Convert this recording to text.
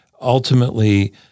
ultimately